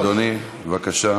אדוני, בבקשה.